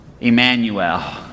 Emmanuel